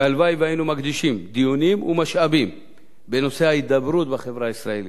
הלוואי שהיינו מקדישים דיונים ומשאבים בנושא ההידברות בחברה הישראלית,